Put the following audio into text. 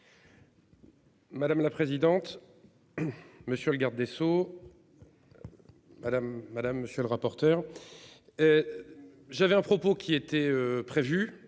Madame la présidente. Monsieur le garde des sceaux. Madame, madame, monsieur le rapporteur. J'avais un propos qui était prévu,